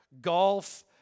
golf